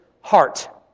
heart